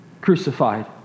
crucified